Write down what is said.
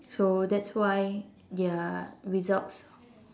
so that's why their results